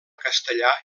castellà